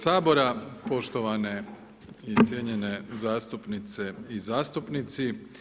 sabora, poštovane i cijenjene zastupnice i zastupnici.